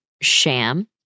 sham